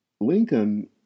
Lincoln